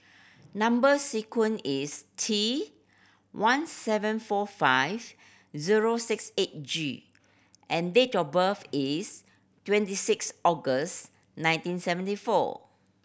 number sequence is T one seven four five zero six eight G and date of birth is twenty six August nineteen seventy four